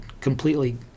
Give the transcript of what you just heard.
completely